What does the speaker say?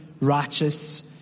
righteous